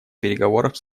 переговоров